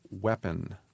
weapon